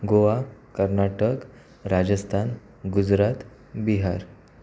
Goa Karnataka Rajasthan Gujarat Bihar